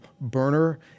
burner